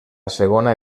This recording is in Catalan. segona